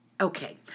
Okay